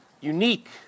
Unique